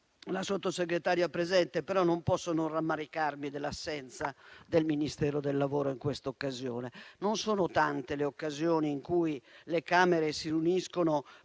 la Sottosegretaria presente, ma non posso non rammaricarmi dell'assenza del Ministro del lavoro in questa occasione. Non sono tante le occasioni in cui le Camere si riuniscono